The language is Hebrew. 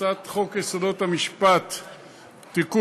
הצעת חוק יסודות המשפט (תיקון,